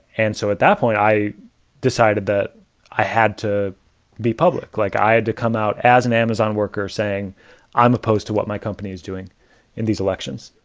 and so at that point i decided that i had to be public. like i had to come out as an amazon worker saying i'm opposed to what my company is doing in these elections.